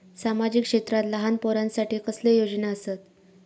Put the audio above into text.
सामाजिक क्षेत्रांत लहान पोरानसाठी कसले योजना आसत?